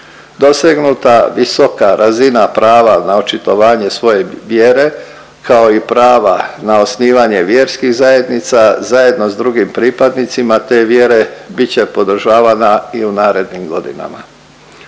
Dosegnuta visoka razina prava na očitovanje svoje vjere, kao i prava na osnivanje vjerskih zajednica zajedno s drugim pripadnicima te vjere bit će podržavana i u narednim godinama.